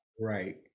Right